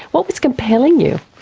what was compelling you?